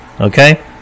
okay